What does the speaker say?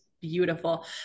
beautiful